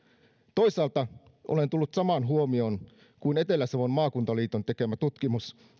toisaalta olen tullut samaan huomioon kuin etelä savon maakuntaliiton vuonna kaksituhattaviisitoista tekemä tutkimus